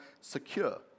secure